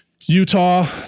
Utah